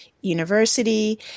University